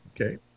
okay